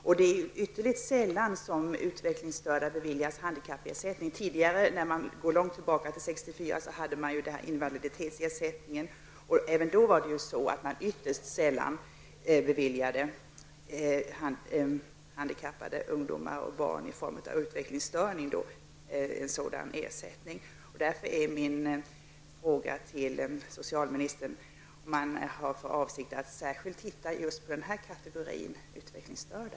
Men det är mycket sällan som utvecklingsstörda beviljas handikappersättning. Långt tillbaka i tiden, 1964, fanns invaliditetsersättningen. Men även då beviljades mycket sällan barn och ungdomar som var handikappade på grund av utvecklingsstörning en sådan ersättning. Därför vill jag fråga socialministern om regeringen har för avsikt att titta särskilt på den här kategorin handikappade, nämligen de utvecklingsstörda.